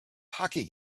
hockey